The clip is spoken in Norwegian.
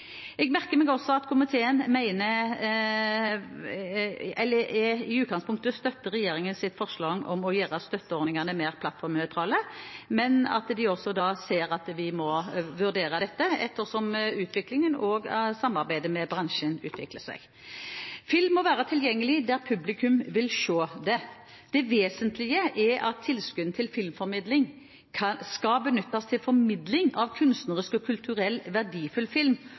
Jeg merker meg at komiteen i utgangspunktet støtter regjeringens forslag om å gjøre støtteordningene mer plattformnøytrale, men at de også ser at vi må vurdere dette etter hvert som utviklingen og samarbeidet med bransjen utvikler seg. Film må være tilgjengelig der publikum vil se det. Det vesentlige er at tilskuddene til filmformidling skal benyttes til formidling av kunstnerisk og kulturell verdifull film,